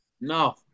No